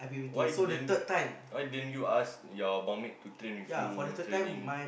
why didn't why didn't you ask your bunk mate to train with you training